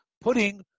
putting